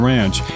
Ranch